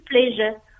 pleasure